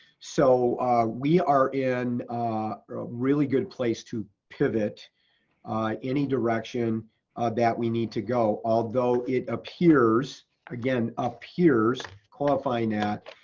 so we are in a really good place to pivot any direction that we need to go. although it appears, again, appears qualifying that,